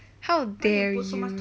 how dare you